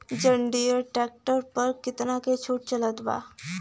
जंडियर tractor पर कितना के छूट चलत बा?